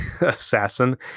assassin